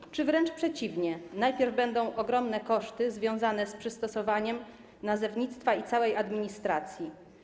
Czy stanie się wręcz przeciwnie - najpierw będą ogromne koszty związane z przystosowaniem nazewnictwa i całej administracji?